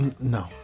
No